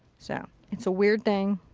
so. it's a weird thing.